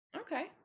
Okay